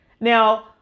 Now